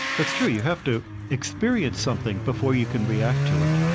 that's true. you have to experience something before you can react to it,